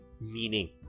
meaning